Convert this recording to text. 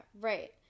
Right